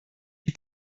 die